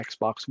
xbox